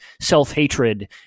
self-hatred